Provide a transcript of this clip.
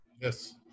Yes